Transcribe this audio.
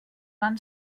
van